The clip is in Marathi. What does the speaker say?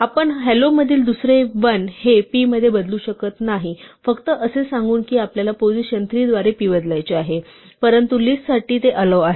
आपण हॅलोमधील दुसरे l हे p मध्ये बदलू शकत नाही फक्त असे सांगून की आपल्याला पोझिशन ३ द्वारे p बदलायचे आहे परंतु लिस्टसाठी हे अलोव्ह आहे